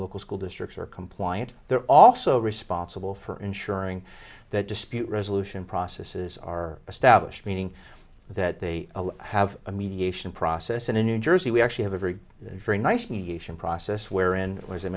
local school districts are compliant they're also responsible for ensuring that dispute resolution processes are established meaning that they have a mediation process in a new jersey we actually have a very very nice mediation process where